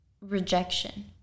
rejection